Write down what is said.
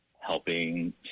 helping